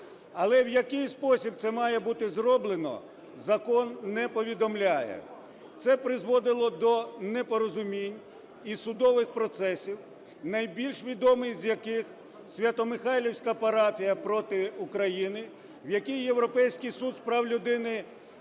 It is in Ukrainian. Але в який спосіб це має бути зроблено, закон не повідомляє. Це призводило до непорозумінь і судових процесів, найбільш відомий з яких "Свято-Михайлівська Парафія проти України", в якій Європейський суд з прав людини